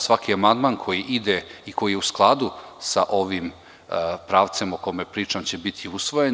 Svaki amandman koji ide i koji je u skladu sa ovim pravcem o kome pričam će biti usvojen.